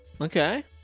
Okay